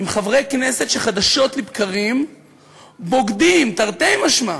עם חברי כנסת שחדשות לבקרים בוגדים, תרתי משמע,